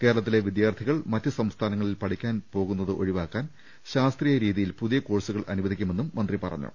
കേരളത്തിലെ വിദ്യാർത്ഥികൾ മറ്റ് സംസ്ഥാനങ്ങിളിൽ പഠിക്കാൻ പോകുന്നത് ഒഴിവാക്കാൻ ശാസ്ത്രീയ രീതിയിൽ പുതിയ കോഴ്സുകൾ അനുവദിക്കുമെന്നും മന്ത്രി പറഞ്ഞു